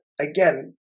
again